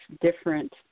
different